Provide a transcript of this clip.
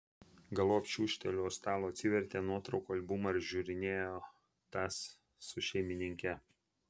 galop čiūžtelėjo už stalo atsivertė nuotraukų albumą ir žiūrinėja tas su šeimininke